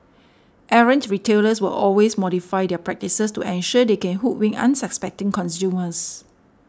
errant retailers will always modify their practices to ensure they can hoodwink unsuspecting consumers